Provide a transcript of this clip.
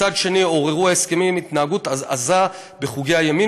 מצד שני עוררו ההסכמים התנגדות עזה בחוגי הימין,